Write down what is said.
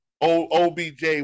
OBJ